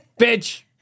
bitch